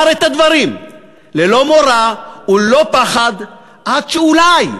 את הדברים ללא מורא וללא פחד עד שאולי,